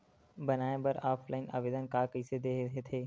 बनाये बर ऑफलाइन आवेदन का कइसे दे थे?